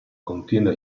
contiene